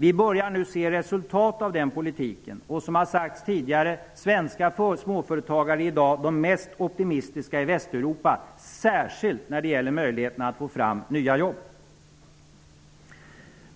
Vi börjar nu se resultat av den politiken, och -- som har sagts tidigare -- svenska företagare är i dag de mest optimistiska i Västeuropa, särskilt när det gäller möjligheterna att få fram nya jobb.